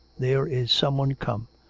there is someone come.